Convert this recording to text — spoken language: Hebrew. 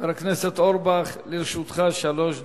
חבר הכנסת אורבך, לרשותך שלוש דקות.